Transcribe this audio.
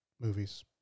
movies